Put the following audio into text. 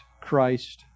Christ